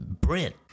Brent